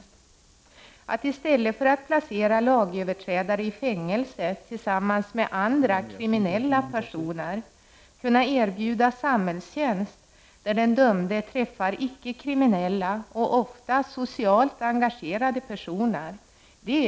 Det är ett steg i rätt riktning att i stället för att placera lagöverträdare i fängelse tillsammans med andra kriminella personer, kunna erbjuda samhällstjänst där den dömde träffar icke-kriminella och ofta socialt engagerade personer.